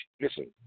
Listen